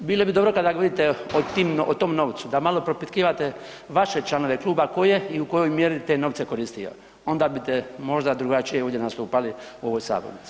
Bilo bi dobro kada govorite o tom novcu da malo propitkivate vaše članove kluba tko je i u kojoj mjeri te novce koristio onda bite možda drugačije ovdje nastupali u ovoj sabornici.